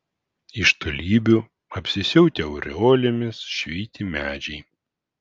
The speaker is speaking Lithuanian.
iš tolybių apsisiautę aureolėmis švyti medžiai